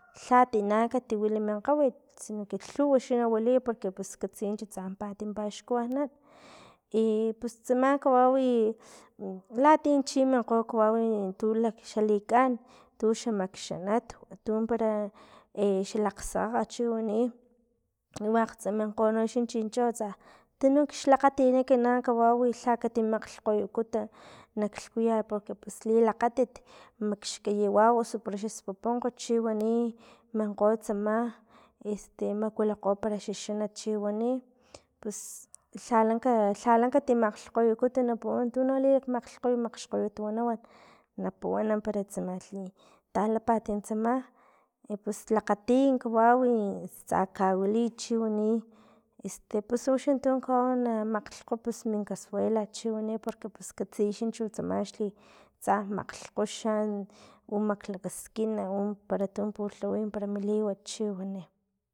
Lha tina kati wili min kgawit sino que lhuwa xa na wiliy porque ps katsiniya chutsa mimpat paxkuanan i pus tsama kawau latian chi minkgo kawawi tu xa likan tu xa makxanat tum para e xa lakgsakgakka chi wani wakhsa menkgo chincho tsa tunun xakgatinin ekinan kawau lha katimakglhkgoyut naklhkuyat porque pus lilakgatit maxkayiwaw osu para xa spuponkg o chi wani minkgo tsama este makuilikgo para xa xanat chiwani pus lhalaka lhalaka kati malhkgoyukut na puwan tuno lila maklhkgoyu malhkgoyunkut nawan na puwan para tsamalhi talapalt tsama pus lakgati kawawi pus tsa kawilana para este chiwani tuxa tun kawaw makgkgop mi casuela chiwani porque pus katsiy chu tsama xli tsa makgkgop uxan maklakaskin u para tu lhaway para mi liwat chiwani.